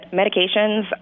medications